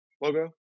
logo